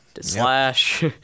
Slash